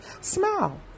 smile